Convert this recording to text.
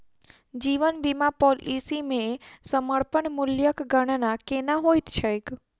जीवन बीमा पॉलिसी मे समर्पण मूल्यक गणना केना होइत छैक?